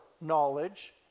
knowledge